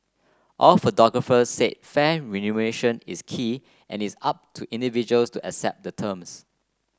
all photographers said fair remuneration is key and it is up to individuals to accept the terms